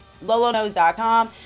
lolonose.com